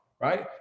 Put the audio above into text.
Right